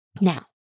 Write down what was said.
Now